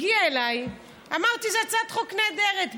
הגיעה אליי, אמרתי: זו הצעת חוק נהדרת.